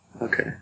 okay